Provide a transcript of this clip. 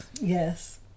Yes